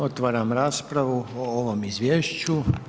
Otvaram raspravu o ovom izvješću.